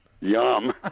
Yum